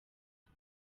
rev